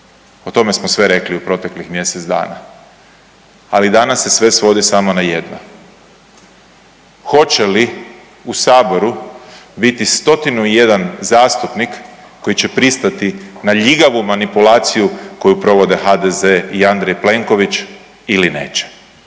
O tome smo sve rekli u proteklih mjesec dana, ali danas se sve svodi samo na jedno hoće li u Saboru biti stotinu i jedan zastupnik koji će pristati na ljigavu manipulaciju koju provode HDZ i Andrej Plenković ili neće.